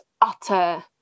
utter